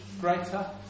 greater